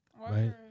Right